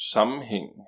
Sammenhæng